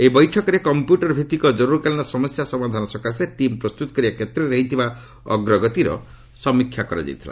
ଏହି ବୈଠକରେ କମ୍ପ୍ୟୁଟର ଭିତ୍ତିକ ଜରୁରୀକାଳୀନ ସମସ୍ୟା ସମାଧାନ ସକାଶେ ଟିମ୍ ପ୍ରସ୍ତୁତ କରିବା କ୍ଷେତ୍ରରେ ହୋଇଥିବା ଅଗ୍ରଗତିର ସମୀକ୍ଷା କରାଯାଇଥିଲା